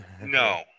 No